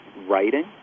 writing